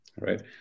right